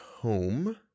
home